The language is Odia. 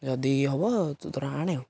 ଯଦି ହବ ତୁ ତୋର ଆଣେ